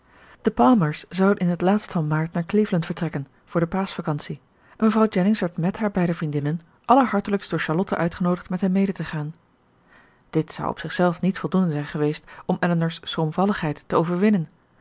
de palmers zouden in het laatst van maart naar cleveland vertrekken voor de paaschvacantie en mevrouw jennings werd mèt haar beide vriendinnen allerhartelijkst door charlotte uitgenoodigd met hen mede te gaan dit zou op zichzelf niet voldoende zijn geweest om elinor's schroomvalligheid te overwinnen